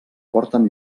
porten